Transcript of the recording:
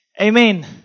Amen